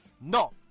No